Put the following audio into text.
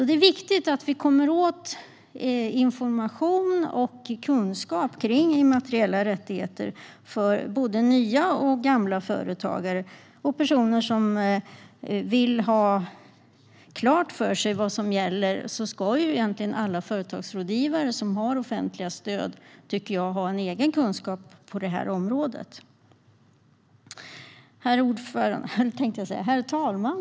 Det är viktigt att vi kommer åt information och kunskap om immateriella rättigheter för både nya och gamla företagare. För personer som vill ha klart för sig vad som gäller tycker jag att alla företagsrådgivare som har offentliga stöd ska ha en egen kunskap på området. Herr talman!